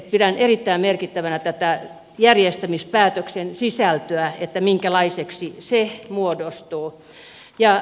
pidän erittäin merkittävänä tätä järjestämispäätöksen sisältöä että minkälaiseksi se muodostuu